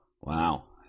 Wow